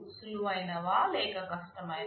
సులువైనవా లేక కష్టమైనవా